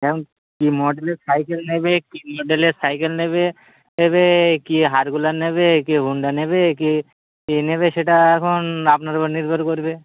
এখন কী মডেলের সাইকেল নেবে কী মডেলের সাইকেল নেবে নেবে কী নেবে কী হোন্ডা নেবে কি কী নেবে সেটা এখন আপনার উপর নির্ভর করবে